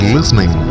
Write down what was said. listening